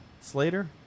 Slater